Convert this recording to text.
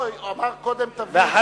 לא, הוא אמר קודם תביא, לא,